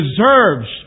deserves